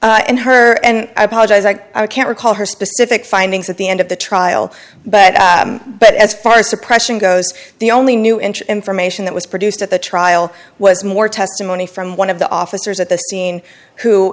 voluntarily and her and i apologize i can't recall her specific findings at the end of the trial but but as far as suppression goes the only new inch information that was produced at the trial was more testimony from one of the officers at the scene who